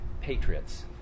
patriots